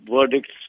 verdicts